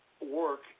work